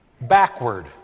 backward